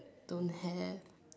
don't have